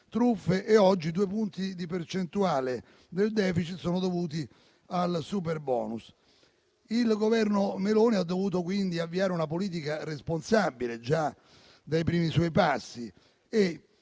truffe. Oggi, i due punti di percentuale del *deficit* sono dovuti al superbonus. Il Governo Meloni ha dovuto quindi avviare una politica responsabile, già dai primi suoi passi, e